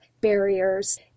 barriers